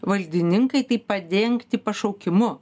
valdininkai tai padengti pašaukimu